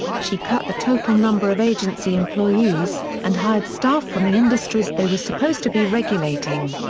she cut the total number of agency employees, and hired staff from the industries they were supposed to be regulating.